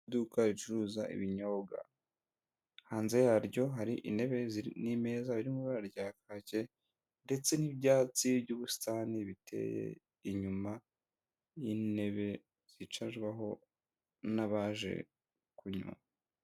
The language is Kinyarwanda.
Iduka ricuruza ibinyobwa. Hanze yaryo hari intebe n'imeza biri mu ibara rya kake ndetse n'ibyatsi by'ubusitani biteye inyuma y'intebe zicarwaho n'abaje kunywa.